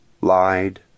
lied